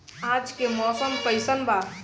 आज के मौसम कइसन बा?